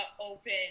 open